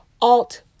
Alt